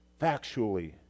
factually